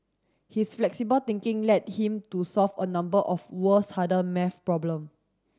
his flexible thinking led him to solve a number of world's harder maths problem